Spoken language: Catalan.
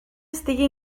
estigui